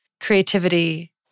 creativity